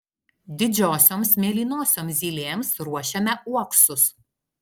didžiosioms mėlynosioms zylėms ruošiame uoksus